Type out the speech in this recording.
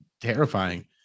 terrifying